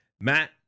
Matt